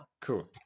Cool